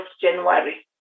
January